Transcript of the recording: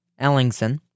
Ellingson